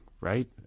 Right